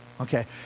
okay